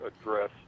address